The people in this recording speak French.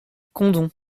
condom